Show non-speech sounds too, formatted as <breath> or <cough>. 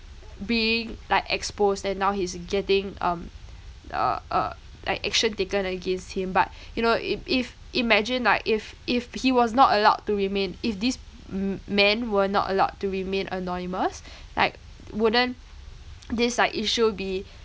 being like exposed and now he's getting um uh uh ac~ action taken against him but <breath> you know if if imagine like if if he was not allowed to remain if this m~ man were not allowed to remain anonymous <breath> like wouldn't <noise> this like issue be <breath>